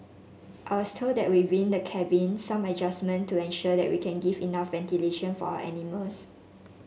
I was told that within the cabin some adjustment to ensure that we can give enough ventilation for our animals